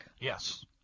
Yes